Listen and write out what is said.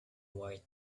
white